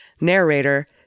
Narrator